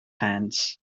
hands